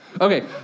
Okay